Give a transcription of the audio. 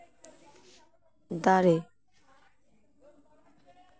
ᱫᱟᱨᱮ